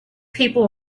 people